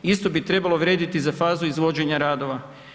Isto bi trebalo vrijediti za fazu izvođenja radova.